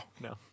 no